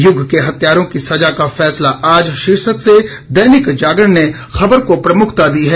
युग के हत्यारों की सजा का फैसला आज शीर्षक से दैनिक जागरण ने खबर को प्रमुखता दी है